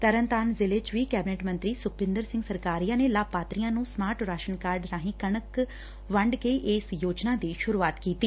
ਤਰਨਤਾਰਨ ਜ਼ਿਲੇ ਚ ਵੀ ਕੈਬਨਿਟ ਮੰਤਰੀ ਸੁਖਬਿੰਦਰ ਸਿੰਘ ਸਰਕਾਰੀਆ ਨੇ ਲਾਭਪਾਤਰੀਆਂ ਨੂੰ ਸਮਾਰਟ ਰਾਸ਼ਨ ਕਾਰਡ ਰਾਹੀ ਕਣਕ ਵੰਡ ਕੇ ਯੋਜਨਾ ਦੀ ਸੁਰੁਆਤ ਕੀਤੀ